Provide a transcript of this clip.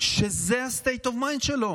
שזה ה-state of mind שלו.